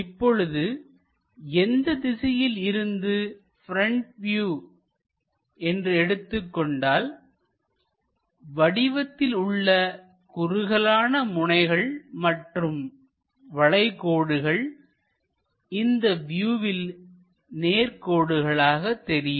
இப்பொழுது எந்த திசையில் இருந்து ப்ரெண்ட் வியூ என்று எடுத்துக் கொண்டால்வடிவத்தில் உள்ள குறுகலான முனைகள் மற்றும் வளைகோடுகள் இந்த வியூவில் நேர் கோடுகளாக தெரியும்